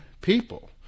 people